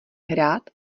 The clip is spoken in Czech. rád